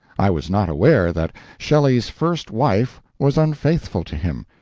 i was not aware that shelley's first wife was unfaithful to him,